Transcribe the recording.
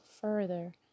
further